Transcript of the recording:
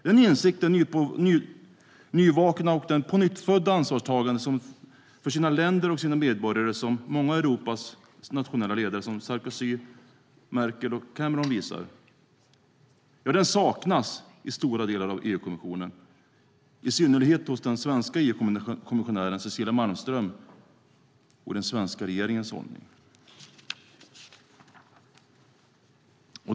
Denna insikt, det nyvakna och pånyttfödda ansvarstagande för sina länder och medborgare som många av Europas nationella ledare visar, som Sarkozy, Merkel och Cameron, saknas i stora delar av EU-kommissionen, i synnerhet hos den svenska EU-kommissionären Cecilia Malmström, och i den svenska regeringens hållning.